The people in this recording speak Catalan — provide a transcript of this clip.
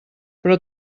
però